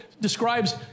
describes